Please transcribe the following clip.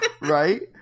right